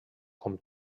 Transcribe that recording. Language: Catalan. com